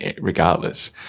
regardless